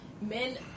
Men